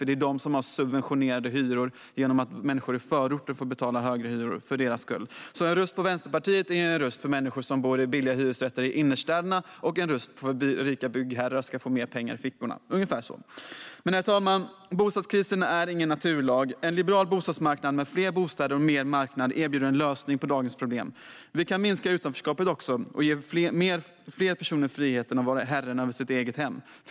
De har nämligen subventionerade hyror genom att människor i förorter får betala högre hyror för deras skull. En röst på Vänsterpartiet är alltså en röst för människor som bor i billiga hyresrätter i innerstäderna och en röst för att rika byggherrar ska få mer pengar i fickorna - ungefär så är det. Men, herr talman, bostadskrisen är ingen naturlag. En liberal bostadsmarknad med fler bostäder och mer marknad erbjuder en lösning på dagens problem. Vi kan minska utanförskapet och ge fler personer friheten att vara herre över sitt eget hem.